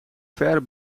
ver